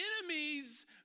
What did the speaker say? enemies